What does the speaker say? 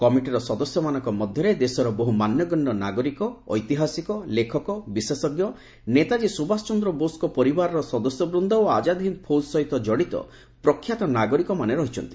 କମିଟିର ସଦସ୍ୟମାନଙ୍କ ମଧ୍ୟରେ ଦେଶର ବହୁ ମାନ୍ୟଗଣ୍ୟ ନାଗରିକ ଐତିହାସିକ ଲେଖକ ବିଶେଷଜ୍ଞ ନେତାଜୀ ସୁଭାଷ ଚନ୍ଦ୍ର ବୋଷ୍ଙ୍କ ପରିବାରର ସଦସ୍ୟବୃନ୍ଦ ଓ ଆଜାଦ୍ ହିନ୍ଦ୍ ଫୌଜ୍ ସହ ଜଡ଼ିତ ପ୍ରଖ୍ୟାତ ନାଗରିକମାନେ ରହିଛନ୍ତି